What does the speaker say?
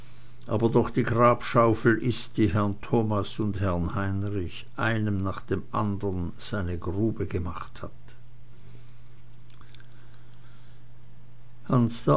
aber doch die grabschaufel ist die herrn thomas und herrn heinrich einem nach dem andern seine grube gemacht hat